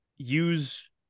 use